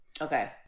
Okay